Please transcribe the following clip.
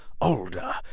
older